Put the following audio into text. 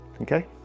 okay